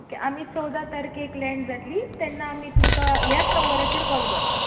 आमी चोवदा तारकेक लँड जातलीं तेन्ना आमी तुमका ह्याच नंबराचेर कॉल करता